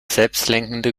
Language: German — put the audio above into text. selbstlenkende